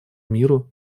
миру